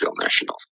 National